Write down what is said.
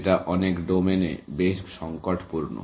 যেটা অনেক ডোমেনে বেশ সংকটপূর্ণ